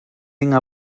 inga